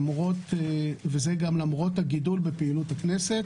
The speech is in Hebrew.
וזה גם למרות הגידול בפעילות הכנסת.